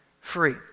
free